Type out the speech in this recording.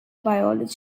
biology